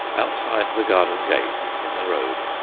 outside the garden gate, in the road,